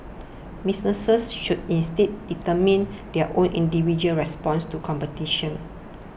businesses should instead determine their own individual responses to competition